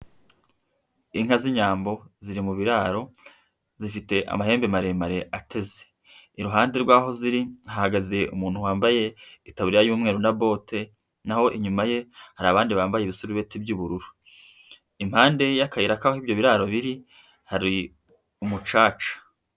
Inka z'inyambo ziri mu biraro zifite amahembe maremare ateze iruhande rw'aho ziri hagaze umuntu wambaye itaburiya y'umweru na bote naho inyuma ye hari abandi bambaye ibisurubeti by'ubururu impande y'akayira yaho ibyo biraro biri hari umucaca.